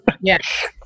Yes